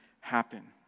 happen